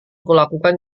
kulakukan